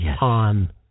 on